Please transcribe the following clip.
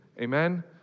Amen